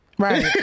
Right